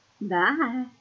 Bye